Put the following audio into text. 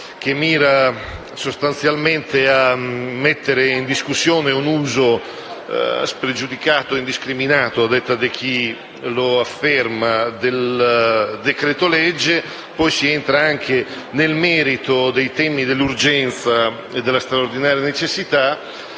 parte mira sostanzialmente a mettere in discussione un uso spregiudicato e indiscriminato, a detta di chi lo afferma, del decreto-legge; dopodiché si affrontano nel merito i temi dell'urgenza e della straordinaria necessità